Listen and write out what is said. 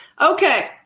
Okay